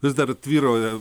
vis dar tvyrauja